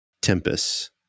Tempest